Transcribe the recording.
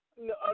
No